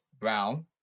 Brown